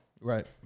right